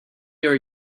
your